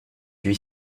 lui